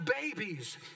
babies